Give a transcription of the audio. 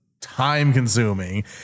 time-consuming